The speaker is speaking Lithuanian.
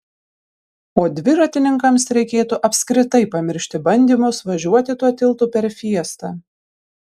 o dviratininkams reikėtų apskritai pamiršti bandymus važiuoti tuo tiltu per fiestą